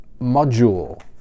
module